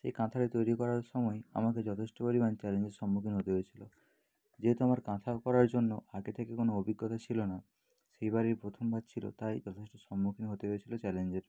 সেই কাঁথাটি তৈরি করার সময় আমাকে যথেষ্ট পরিমাণ চ্যালেঞ্জের সম্মুখীন হতে হয়েছিল যেহেতু আমার কাঁথা করার জন্য আগে থেকে কোনও অভিজ্ঞতা ছিল না সেইবারেই প্রথমবার ছিল তাই যথেষ্ট সম্মুখীন হতে হয়েছিল চ্যালেঞ্জের